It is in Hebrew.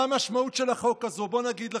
מה המשמעות של החוק הזה, בואו אני אגיד לכם.